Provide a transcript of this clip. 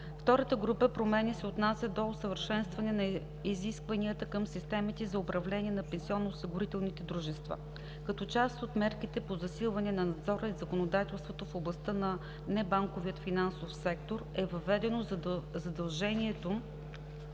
Втората група промени се отнасят до усъвършенстване на изискванията към системите за управление на пенсионноосигурителните дружества. Като част от мерките по засилване на надзора и законодателството в областта на небанковия финансов сектор е въведено задължението